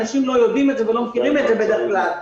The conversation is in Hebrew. אנשים לא יודעים את זה ולא מכירים את זה בדרך כלל,